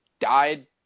died